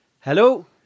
hello